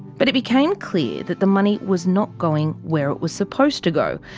but it became clear that the money was not going where it was supposed to go.